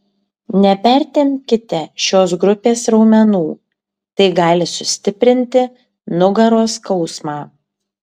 nepertempkite šios grupės raumenų tai gali sustiprinti nugaros skausmą